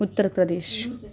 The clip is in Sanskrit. उत्तरप्रदेशः